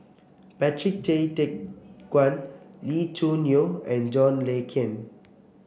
Patrick Tay Teck Guan Lee Choo Neo and John Le Cain